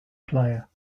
player